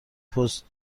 پست